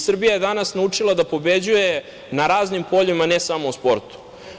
Srbija je danas naučila da pobeđuje na raznim poljima, ne samo u sportu.